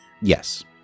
Yes